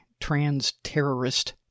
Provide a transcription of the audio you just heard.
trans-terrorist